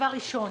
דבר ראשון,